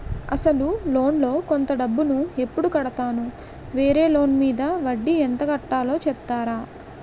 అసలు లోన్ లో కొంత డబ్బు ను ఎప్పుడు కడతాను? వేరే లోన్ మీద వడ్డీ ఎంత కట్తలో చెప్తారా?